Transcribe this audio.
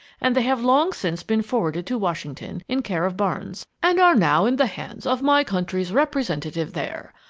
and they have long since been forwarded to washington, in care of barnes, and are now in the hands of my country's representative there.